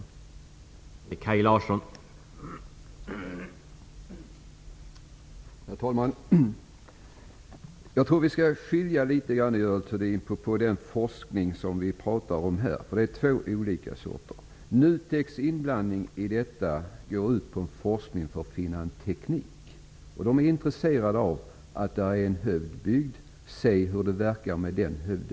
Jag tror att Kaj Larsson också nämnde detta tidigare.